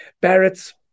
Barrett's